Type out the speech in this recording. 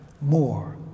more